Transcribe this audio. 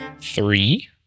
three